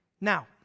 Now